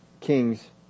kings